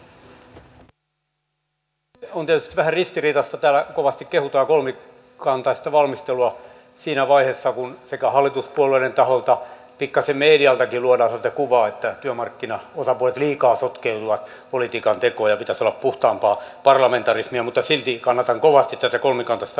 on tietysti vähän ristiriitaista kun täällä kovasti kehutaan kolmikantaista valmistelua siinä vaiheessa kun hallituspuolueiden taholta pikkasen mediankin luodaan sellaista kuvaa että työmarkkinaosapuolet liikaa sotkeutuvat politiikan tekoon ja pitäisi olla puhtaampaa parlamentarismia mutta silti kannatan kovasti tätä kolmikantaista valmistelua